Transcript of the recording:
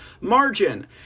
margin